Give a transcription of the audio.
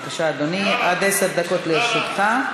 בבקשה, אדוני, עד עשר דקות לרשותך.